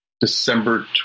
December